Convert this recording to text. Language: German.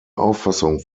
auffassung